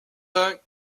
ans